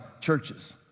churches